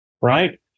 right